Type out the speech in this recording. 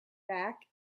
back